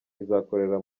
izakorera